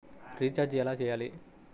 Recharge ఎలా చెయ్యాలి?